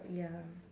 ya